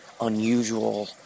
unusual